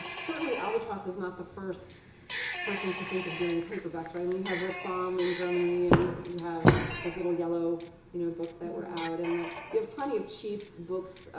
certainly albatross was not the first person to think of doing paperbacks, right. i mean, you have reclam in germany and you but you have those little yellow you know books that were out. and you have plenty of cheap books,